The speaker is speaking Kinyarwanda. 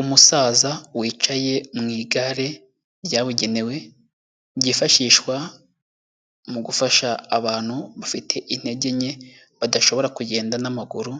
Umusaza wicaye mu igare ryabugenewe, ryifashishwa mu gufasha abantu bafite intege nke, badashobora kugenda n'amaguru,